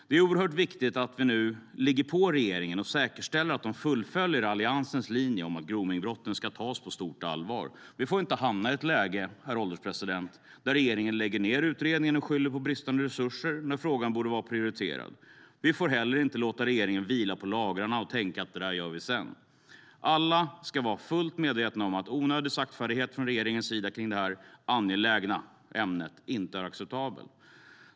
Det är oerhört viktigt att vi nu ligger på regeringen och säkerställer att den fullföljer Alliansens linje om att gromningsbrotten ska tas på stort allvar. Vi får inte hamna i ett läge där regeringen lägger ned utredningen och skyller på bristande resurser när frågan borde vara prioriterad. Vi får inte heller låta regeringen vila på lagrarna och tänka att man gör detta sedan. Alla ska vara fullt medvetna om att onödig saktfärdighet från regeringens sida i fråga om detta angelägna ämne inte är acceptabel.